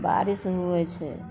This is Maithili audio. बारिश होइ छै